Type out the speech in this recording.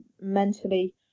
mentally